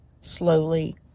slowly